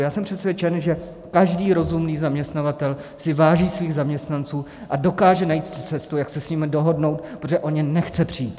Já jsem přesvědčen, že každý rozumný zaměstnavatel si váží svých zaměstnanců a dokáže najít cestu, jak se s nimi dohodnout, protože o ně nechce přijít.